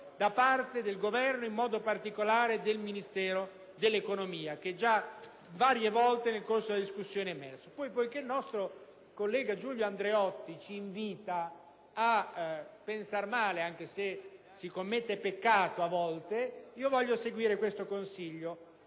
da parte del Governo, e in modo particolare del Ministero dell'economia, già varie volte emerso nel corso della discussione. In secondo luogo, poiché il nostro collega Giulio Andreotti ci invita a pensare male anche se a volte si commette peccato, voglio seguire il suo consiglio.